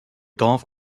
golf